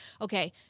Okay